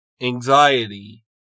anxiety